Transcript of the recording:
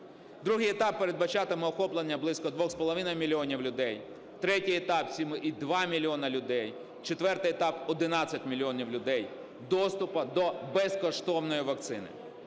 Другий етап передбачатиме охоплення близько 2,5 мільйона людей, третій етап – 7,2 мільйона людей, четвертий етап – 11 мільйонів людей доступу до безкоштовної вакцини.